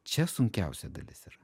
čia sunkiausia dalis yra